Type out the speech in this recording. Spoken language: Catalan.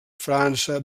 frança